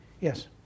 Yes